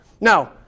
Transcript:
Now